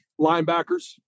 Linebackers